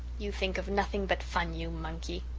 you think of nothing but fun, you monkey,